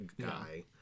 guy